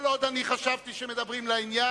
כל עוד אני חשבתי שמדברים לעניין,